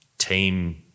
team